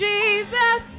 Jesus